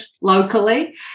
locally